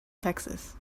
texas